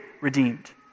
redeemed